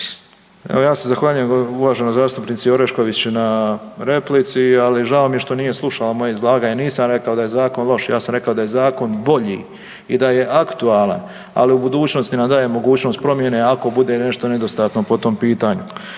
Evo, ja se zahvaljujem uvaženoj zastupnici Orešković na replici, ali žao mi je što nije slušala moje izlaganje. Nisam rekao da je zakon loš, ja sam rekao da je zakon bolji i da je aktualan, ali u budućnosti nam daje mogućnost promjene, ako bude nešto nedostatno po tom pitanju.